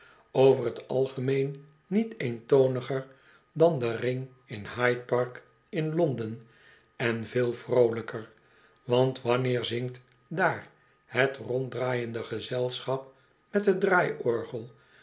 over t algemeen niet eentoniger dan de ring in i iyde park in londen en veel vroohjkcr want wanneer zingt daar het ronddraaiende gezelschap met het